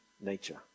nature